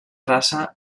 raça